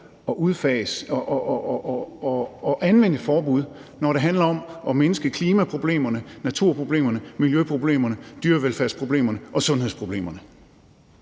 at udfase noget og anvende forbud, end når det handler om at mindske klimaproblemerne, naturproblemerne, miljøproblemerne, dyrevelfærdsproblemerne og sundhedsproblemerne.